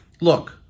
Look